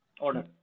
order